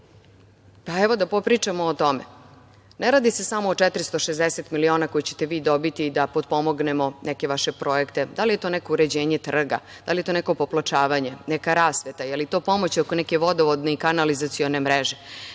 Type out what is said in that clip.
Evo, da popričamo o tome. Ne radi se samo o 460 miliona koje ćete vi dobiti da potpomognemo neke vaše projekte, da li je to neko uređenje trga, da li je to neko popločavanje, neka rasveta, je li to pomoć oko neke vodovodne i kanalizacione mreže,